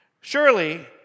Surely